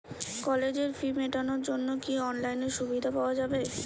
কলেজের ফি মেটানোর জন্য কি অনলাইনে সুবিধা পাওয়া যাবে?